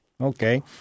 okay